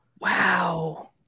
Wow